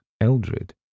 Eldred